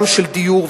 גם של דיור,